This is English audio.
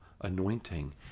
anointing